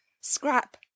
Scrap